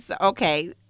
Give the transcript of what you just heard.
okay